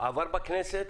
עבר בכנסת.